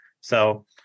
So-